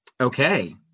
Okay